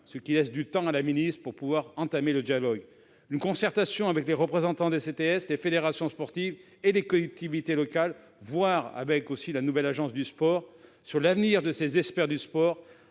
ce qui laisse du temps à Mme la ministre des sports pour entamer le dialogue. Une concertation avec les représentants des CTS, des fédérations sportives et des collectivités locales, voire avec la nouvelle agence du sport, sur l'avenir de ces experts du sport